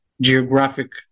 geographic